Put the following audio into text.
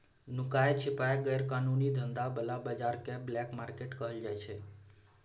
नुकाए छिपाए गैर कानूनी धंधा बला बजार केँ ब्लैक मार्केट कहल जाइ छै